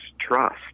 trust